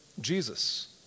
Jesus